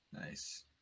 nice